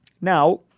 Now